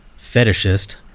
fetishist